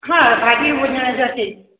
हा भाॼी भुजण जा के